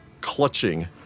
clutching